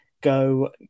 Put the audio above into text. go